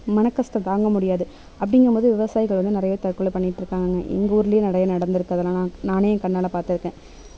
மனக்கஷ்டம் தாங்க முடியாது அப்படிங்கும்போது விவசாயிகள் வந்து நிறையா தற்கொலை பண்ணிட்டு இருக்காங்க எங்கூர்லயும் நிறையா நடந்துருக்குது அதலாம் நான் நானே ஏ கண்ணால் பார்த்துருக்கேன்